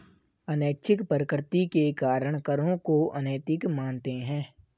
अनैच्छिक प्रकृति के कारण करों को अनैतिक मानते हैं